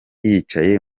yicaye